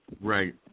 Right